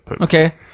Okay